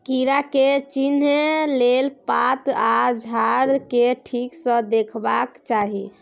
कीड़ा के चिन्हे लेल पात आ झाड़ केँ ठीक सँ देखबाक चाहीं